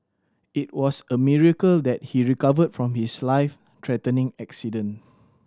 it was a miracle that he recovered from his life threatening accident